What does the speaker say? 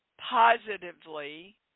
positively